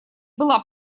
была